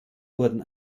wurden